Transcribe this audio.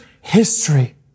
history